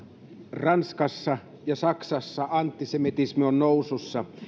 ranskassa ja saksassa antisemitismi on nousussa